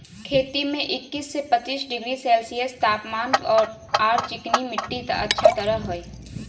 खेती में इक्किश से पच्चीस डिग्री सेल्सियस तापमान आर चिकनी मिट्टी अच्छा रह हई